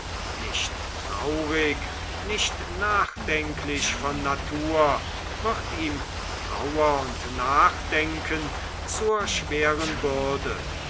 nicht traurig nicht nachdenklich von natur wird ihm trauer und nachdenken zur schweren bürde